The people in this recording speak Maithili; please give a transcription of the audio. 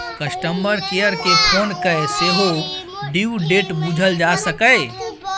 कस्टमर केयर केँ फोन कए सेहो ड्यु डेट बुझल जा सकैए